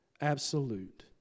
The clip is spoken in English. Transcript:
absolute